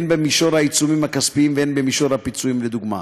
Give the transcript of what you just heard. הן במישור העיצומים הכספיים והן במישור הפיצויים לדוגמה.